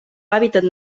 hàbitat